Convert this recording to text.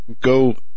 go